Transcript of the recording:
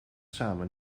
samen